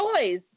toys